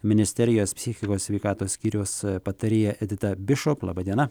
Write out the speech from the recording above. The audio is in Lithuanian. ministerijos psichikos sveikatos skyriaus patarėja edita bišop laba diena